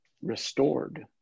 restored